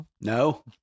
No